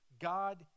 God